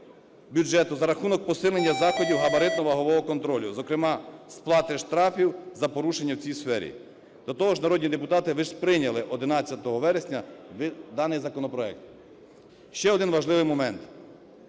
бюджету за рахунок посилення заходів габаритно-вагового контролю, зокрема сплати штрафів за порушення в цій сфері. До того ж, народні депутати, ви ж прийняли 11 вересня даний законопроект. Ще один важливий момент.